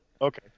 Okay